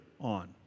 On